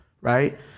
Right